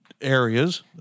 areas